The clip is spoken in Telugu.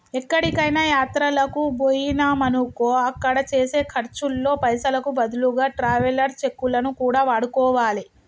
ఎక్కడికైనా యాత్రలకు బొయ్యినమనుకో అక్కడ చేసే ఖర్చుల్లో పైసలకు బదులుగా ట్రావెలర్స్ చెక్కులను కూడా వాడుకోవాలే